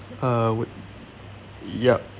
uh yup